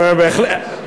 נכון, בהחלט.